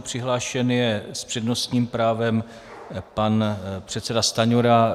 Přihlášen je s přednostním právem pan předseda Stanjura.